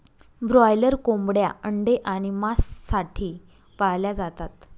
broiler कोंबड्या अंडे आणि मांस साठी पाळल्या जातात